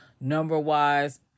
number-wise